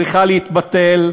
צריכה להתבטל,